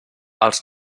els